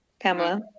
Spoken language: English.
Pamela